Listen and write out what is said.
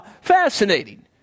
Fascinating